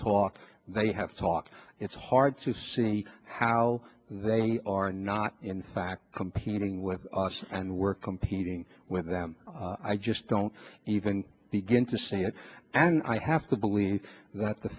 talked they have talked it's hard to see how they are not in fact competing with us and we're competing with them i just don't even begin to see it and i have to believe that the